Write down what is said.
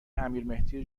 امیرمهدی